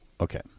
Okay